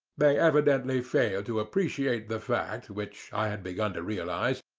they evidently failed to appreciate the fact, which i had begun to realize,